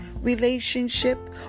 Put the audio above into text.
relationship